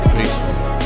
Facebook